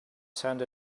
send